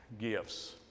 gifts